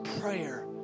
prayer